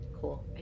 cool